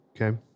Okay